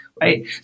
Right